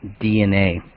DNA